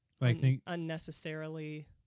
unnecessarily